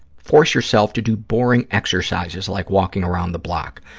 force yourself to do boring exercises, like walking around the block.